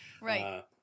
right